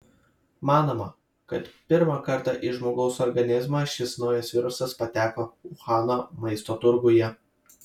manoma kad pirmą kartą į žmogaus organizmą šis naujas virusas pateko uhano maisto turguje